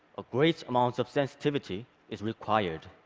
a great amount of sensitivity is required.